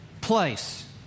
place